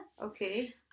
Okay